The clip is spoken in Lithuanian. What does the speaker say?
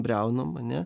briaunom ane